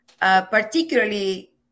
Particularly